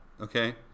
okay